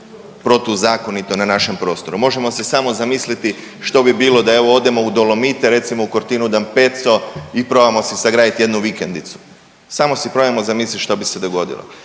protuzakonito na našem prostoru. Možemo si samo zamisliti što bi bilo da evo odemo u Dolomite, recimo u Cortinu d'Ampezzo i probamo si sagraditi jednu vikendicu. Samo si probajmo zamisliti što bi se dogodilo.